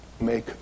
Make